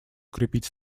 укрепить